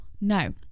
No